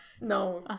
no